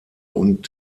und